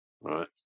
right